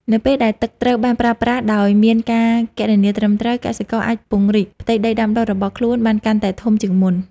នៅពេលដែលទឹកត្រូវបានប្រើប្រាស់ដោយមានការគណនាត្រឹមត្រូវ កសិករអាចពង្រីកផ្ទៃដីដាំដុះរបស់ខ្លួនបានកាន់តែធំជាងមុន។